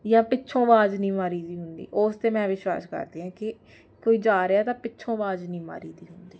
ਜਾਂ ਪਿੱਛੋਂ ਆਵਾਜ਼ ਨਹੀਂ ਮਾਰੀਦੀ ਹੁੰਦੀ ਉਸ 'ਤੇ ਮੈਂ ਵਿਸ਼ਵਾਸ ਕਰਦੀ ਹਾਂ ਕਿ ਕੋਈ ਜਾ ਰਿਹਾ ਤਾਂ ਪਿੱਛੋਂ ਆਵਾਜ਼ ਨਹੀਂ ਮਾਰੀਦੀ ਹੁੰਦੀ